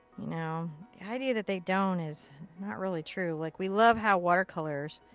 you know. the idea that they don't is not really true. like, we love how watercolors.